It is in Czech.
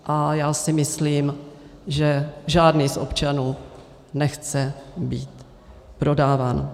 A já si myslím, že žádný z občanů nechce být prodáván.